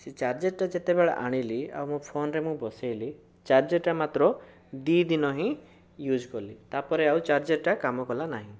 ସେ ଚାର୍ଜରଟା ଯେତେବେଳେ ଆଣିଲି ଆଉ ମୋ ଫୋନରେ ମୁଁ ବସେଇଲି ଚାର୍ଜରଟା ମାତ୍ର ଦୁଇ ଦିନ ହିଁ ୟୁଜ୍ କଲି ତାପରେ ଆଉ ଚାର୍ଜରଟା କାମ କଲା ନାହିଁ